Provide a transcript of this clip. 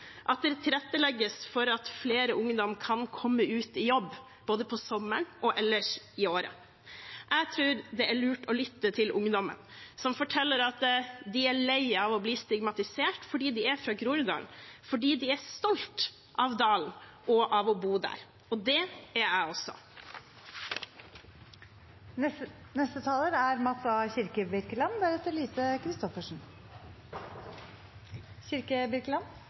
at det tilrettelegges for at flere ungdommer kan komme ut i jobb – både om sommeren og ellers i året. Jeg tror det er lurt å lytte til ungdommen som forteller at de er lei av å bli stigmatisert fordi de er fra Groruddalen, for de er stolt av dalen og av å bo der, og det er jeg også.